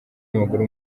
w’amaguru